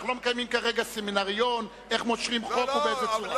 אנחנו לא מקיימים כרגע סמינריון איך מושכים חוק ובאיזו צורה.